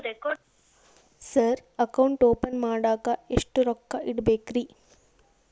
Sir account open ಮಾಡಾಕ ಎಷ್ಟು ರೊಕ್ಕ ಇಡಬೇಕ್ರಿ?